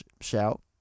Shout